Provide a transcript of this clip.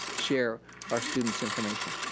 share our students' information.